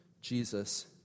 Jesus